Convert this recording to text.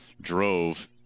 drove –